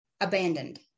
abandoned